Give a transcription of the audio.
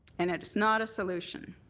and it is not a solution.